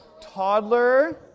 Toddler